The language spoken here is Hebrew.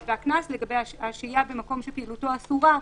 והקנס לגבי השהייה במקום שפעילותו אסורה,